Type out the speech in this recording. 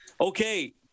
Okay